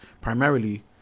primarily